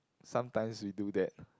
sometimes we do that